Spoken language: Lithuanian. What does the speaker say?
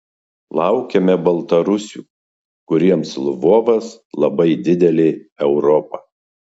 laukiame baltarusių kuriems lvovas labai didelė europa